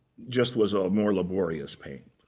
just was a more laborious paint.